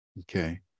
Okay